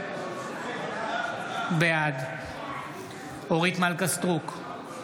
בעד אורית מלכה סטרוק,